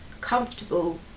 comfortable